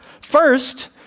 first